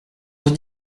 vous